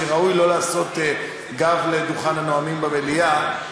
וראוי לא להפנות גב לדוכן הנואמים במליאה,